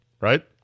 right